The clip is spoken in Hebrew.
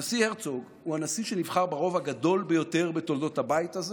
הנשיא הרצוג הוא הנשיא שנבחר ברוב הגדול ביותר בתולדות הבית הזה.